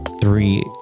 three